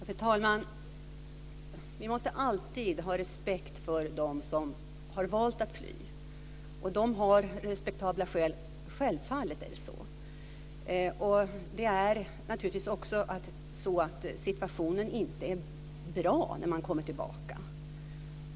Fru talman! Vi måste alltid ha respekt för dem som har valt att fly. De har respektabla skäl, självfallet. Det är naturligtvis också så att situationen inte är bra när man kommer tillbaka.